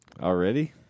Already